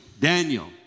Daniel